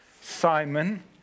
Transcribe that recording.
Simon